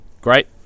great